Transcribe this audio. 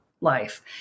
life